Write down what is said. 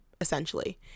essentially